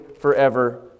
forever